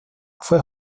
fue